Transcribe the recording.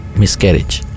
miscarriage